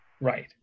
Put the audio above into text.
Right